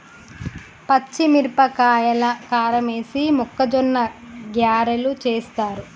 పచ్చిమిరపకాయల కారమేసి మొక్కజొన్న గ్యారలు చేస్తారు